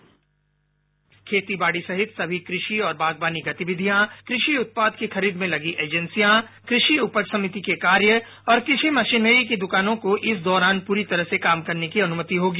bite खेती बाड़ी सहित सभी कृषि और बागबानी गतिविधियां कृषि उत्पाद की खरीद में लगी एजेंसियां कृषि उपज समिति के कार्य और कृषि मशीनरी की दुकानों को इस दौरान पूरी तरह से काम करने की अनुमति होगी